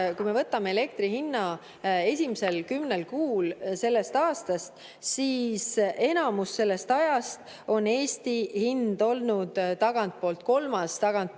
kui me võtame elektri hinna esimesel kümnel kuul sellel aastal, siis enamus sellest ajast on Eesti hind olnud tagantpoolt kolmas, tagantpoolt